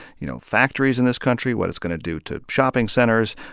you know, factories in this country, what it's going to do to shopping centers,